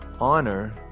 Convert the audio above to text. honor